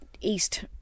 east